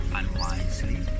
unwisely